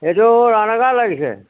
এইটো ৰাণা গাঁও লাগিছে